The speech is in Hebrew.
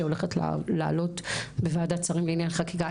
שהולכת לעלות בוועדת שרים לענייני חקיקה.